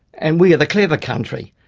and we are the clever country.